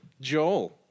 Joel